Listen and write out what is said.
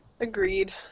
Agreed